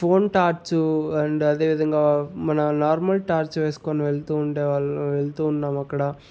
phone torch and అదే విధంగా మన నార్మల్ టార్చ్ వేసుకొని వెళ్తూ ఉంటే వాళ్ళు వెళ్తు ఉన్నామక్కడ